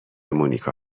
مونیکا